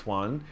one